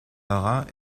laurent